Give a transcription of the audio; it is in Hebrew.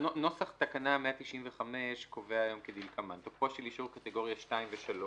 נוסח תקנה 195 קובע היום כדלקמן:" תוקפו של אישור קטגוריה 2 ו-3